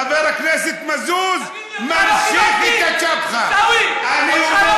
חבר הכנסת מזוז ממשיך את הצ'פחה, עיסאווי, אותך לא